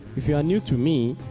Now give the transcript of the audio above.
if you are new to me,